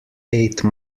ate